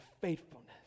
faithfulness